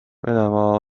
venemaa